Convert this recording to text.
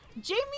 Jamie